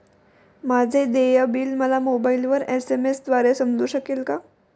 माझे देय बिल मला मोबाइलवर एस.एम.एस द्वारे समजू शकेल का?